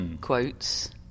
quotes